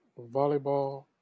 volleyball